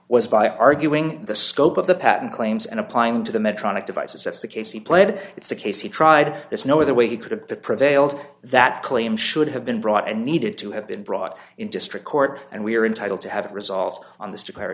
was by arguing the scope of the patent claims and applying them to the medtronic devices that's the case he pled it's a case he tried there's no other way he could have prevailed that claim should have been brought and needed to have been brought in district court and we are entitled to have a result on this declar